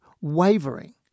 wavering